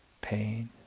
pain